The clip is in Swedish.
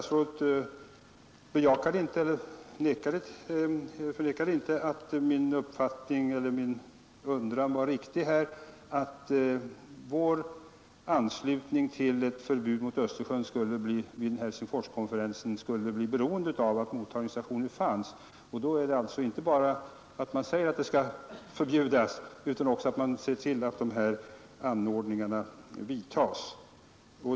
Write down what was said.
Statsrådet förnekade inte att min uppfattning var riktig, dvs. att vår anslutning till ett förbud mot oljeutsläpp i Östersjön vid Helsingforskonferensen skulle bli beroende av att mottagningsstationer fanns. Då är det inte bara att säga att oljeutsläpp skall förbjudas, utan man måste också se till att åtgärderna vidtas.